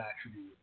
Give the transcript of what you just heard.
attribute